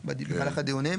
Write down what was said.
לגבי מקרים שבהם אלמלא